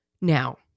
Now